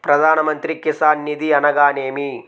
ప్రధాన మంత్రి కిసాన్ నిధి అనగా నేమి?